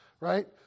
right